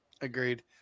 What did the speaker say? agreed